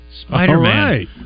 spider-man